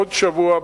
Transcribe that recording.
בעוד שבוע,